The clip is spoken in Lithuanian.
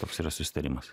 toks yra susitarimas